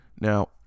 Now